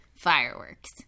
fireworks